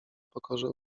pokorze